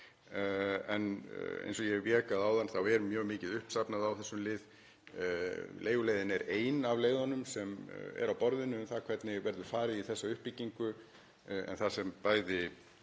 En eins og ég vék að áðan er mjög mikið uppsafnað á þessum lið. Leiguleiðin er ein af leiðunum sem eru á borðinu um það hvernig verður farið í þessa uppbyggingu. En það sem bæði